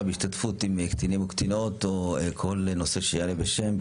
בהשתתפות קטינים או קטינות או כל נושא שיעלה בשם.